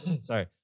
Sorry